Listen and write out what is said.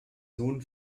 nun